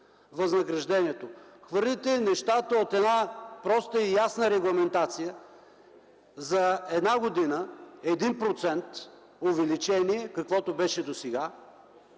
възнаграждението. Хвърляте нещата от проста и ясна регламентация – за една година 1% увеличение, каквото беше досега,